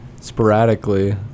sporadically